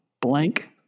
blank